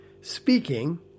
speaking